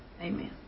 Amen